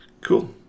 Cool